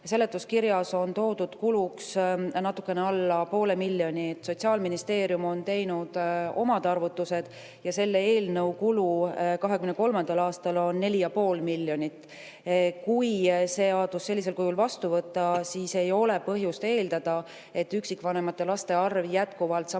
seletuskirjas on toodud kuluks natukene alla poole miljoni. Sotsiaalministeerium on teinud oma arvutused ja leidnud, et selle eelnõu kulu 2023. aastal on 4,5 miljonit. Kui seadus sellisel kujul vastu võtta, siis ei ole põhjust eeldada, et üksikvanemate laste arv jätkuvalt samas